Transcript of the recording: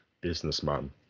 businessman